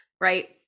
right